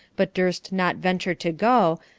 but durst not venture to go,